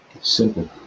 Simple